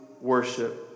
worship